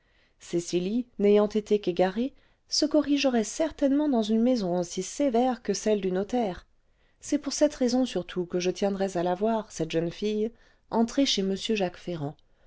cecily n'ayant été qu'égarée se corrigerait certainement dans une maison aussi sévère que celle du notaire c'est pour cette raison surtout que je tiendrais à la voir cette jeune fille entrer chez m jacques ferrand